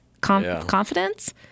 confidence